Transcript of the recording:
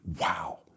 Wow